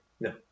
No